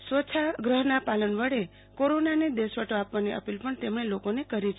સ્વચ્છાગ્રહના પાલન વડે કોરોનાને દેશવટો આપવાની અપીલ પણ તેમણે લોકોને કરી છે